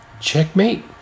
Checkmate